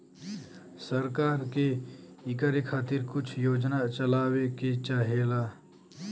सरकार के इकरे खातिर कुछ योजना चलावे के चाहेला